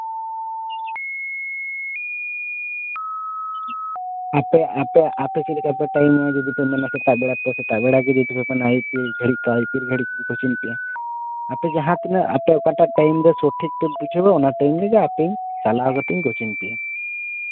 ᱟᱯᱮ ᱟᱯᱮ ᱟᱯᱮ ᱪᱮᱫᱞᱮᱠᱟ ᱯᱮ ᱴᱟᱭᱤᱢᱚᱜᱼᱟ ᱡᱩᱫᱤ ᱯᱮ ᱢᱮᱱᱟ ᱥᱮᱛᱟᱜ ᱵᱮᱲᱟ ᱛᱚ ᱥᱮᱛᱟᱜ ᱵᱮᱲᱟ ᱜᱮ ᱡᱩᱫᱤ ᱯᱮ ᱢᱮᱱᱟ ᱟᱭᱩᱵ ᱫᱷᱟᱹᱨᱤᱡ ᱛᱚ ᱟᱭᱩᱵ ᱫᱷᱟᱹᱨᱤᱡ ᱜᱤᱧ ᱠᱳᱪᱤᱝ ᱯᱮᱭᱟ ᱟᱯᱮ ᱡᱟᱦᱟᱸ ᱛᱤᱱᱟᱹᱜ ᱟᱯᱮ ᱡᱟᱦᱟᱸᱴᱟᱜ ᱴᱟᱭᱤᱢ ᱨᱮ ᱥᱚᱴᱷᱤᱠ ᱯᱮ ᱵᱩᱡᱷᱟᱹᱣᱟ ᱚᱱᱟ ᱴᱟᱭᱤᱢ ᱨᱮᱜᱮ ᱟᱯᱮᱧ ᱪᱟᱞᱟᱣ ᱠᱟᱛᱮᱧ ᱠᱳᱪᱤᱝ ᱯᱮᱭᱟ